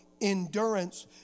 endurance